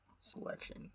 selection